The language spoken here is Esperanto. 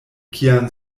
kian